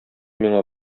миңа